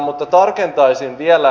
mutta tarkentaisin vielä